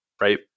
right